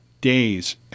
days